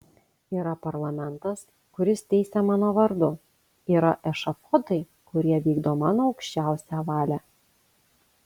yra parlamentas kuris teisia mano vardu yra ešafotai kurie vykdo mano aukščiausią valią